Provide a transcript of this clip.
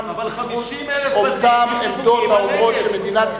גם בזכות אותן עמדות האומרות שמדינת ישראל,